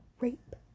rape